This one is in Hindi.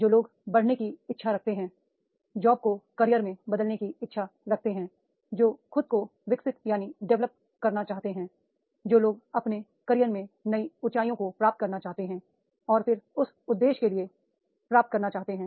जो लोग बढ़ने की इच्छा रखते हैं जॉब को कैरियर में बदलने की इच्छा रखते हैं जो खुद को डेवलप करना चाहते हैं जो लोग अपने करियर में नई ऊंचाइयों को प्राप्त करना चाहते हैं और फिर इस उद्देश्य के लिए प्राप्त करना चाहते हैं